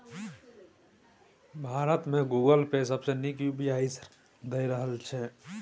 भारत मे Google Pay सबसँ नीक यु.पी.आइ सर्विस दए रहल छै